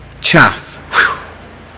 Chaff